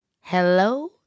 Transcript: Hello